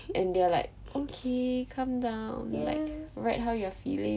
and they're like okay calm down like write how you're feeling